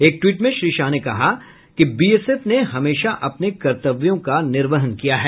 एक ट्वीट में श्री शाह ने कहा कि बीएसएफ ने हमेशा अपने कर्तव्यों का निर्वाह्न किया है